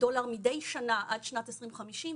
דולר מידי שנה עד שנת 2050,